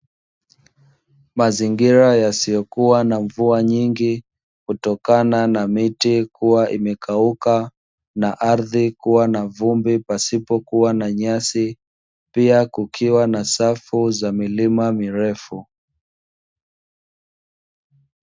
Mazingira yasiyokua na mvua nyingi kutokana na miti kuwa imekauka, na ardhi kuwa na vumbi pasipokuwa na nyasi, pia kukiwa na safu za milima mirefu.